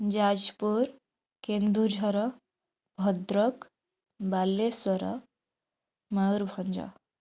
Jajpur Kendujhar Bhadrak Baleswar Mayurbhanj